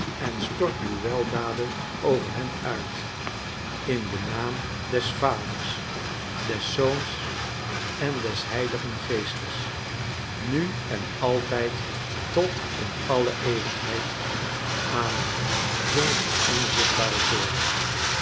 en stort uw weldaden over hen uit in den naam des vaders des zoons en des heiligen geestes nu en altijd tot in alle eeuwigheid amen zong het onzichtbare koor